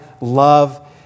love